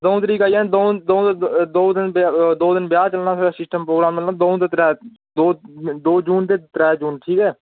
द'ऊं तरीक आई जाना दौं दौं द'ऊं दिन बया दो दिन ब्याह् चलना फिर सिस्टम प्रोग्राम मतलब दं'ऊ ते त्रै दो दो जून ते त्रै जून ठीक ऐ